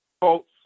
Colts